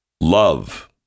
Love